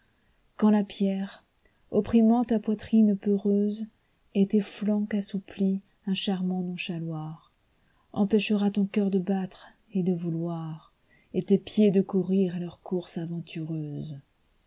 quand la pierre opprimant ta poitrine peureuseet tes flancs qu'assouplit un charmant nonchaloir empêchera ton cœur de battre et de vouloir et tes pieds de courir leur course aventureuse